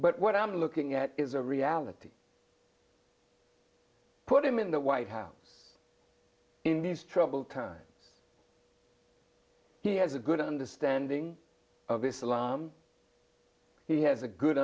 but what i'm looking at is a reality put him in the white house in these troubled times he has a good understanding of islam he has a good